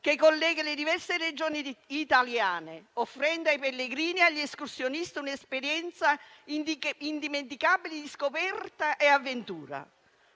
che collega le diverse Regioni italiane, offrendo ai pellegrini e agli escursionisti un'esperienza indimenticabile di scoperta e avventura.